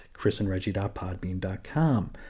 chrisandreggie.podbean.com